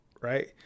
right